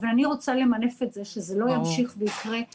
ואני רוצה למנף את זה שזה לא ימשיך ויקרה לעוד הורים כמונו.